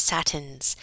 Satins